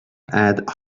add